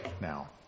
now